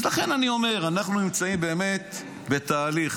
לכן אני אומר, אנחנו נמצאים באמת בתהליך.